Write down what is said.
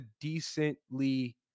decently